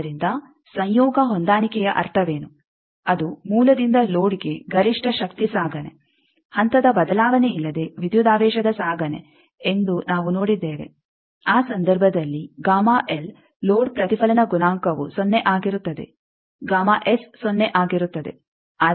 ಆದ್ದರಿಂದ ಸಂಯೋಗ ಹೊಂದಾಣಿಕೆಯ ಅರ್ಥವೇನು ಅದು ಮೂಲದಿಂದ ಲೋಡ್ಗೆ ಗರಿಷ್ಠ ಶಕ್ತಿ ಸಾಗಣೆ ಹಂತದ ಬದಲಾವಣೆಯಿಲ್ಲದೆ ವಿದ್ಯುದಾವೇಶದ ಸಾಗಣೆ ಎಂದು ನಾವು ನೋಡಿದ್ದೇವೆ ಆ ಸಂದರ್ಭದಲ್ಲಿ ಲೋಡ್ ಪ್ರತಿಫಲನ ಗುಣಾಂಕವು ಸೊನ್ನೆ ಆಗಿರುತ್ತದೆ ಸೊನ್ನೆ ಆಗಿರುತ್ತದೆ